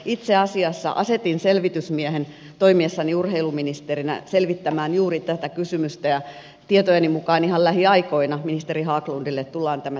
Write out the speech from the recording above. itse asiassa asetin selvitysmiehen toimiessani urheiluministerinä selvittämään juuri tätä kysymystä ja tietojeni mukaan ihan lähiaikoina ministeri haglundille tullaan tämä selvitys luovuttamaan